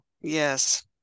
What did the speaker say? Yes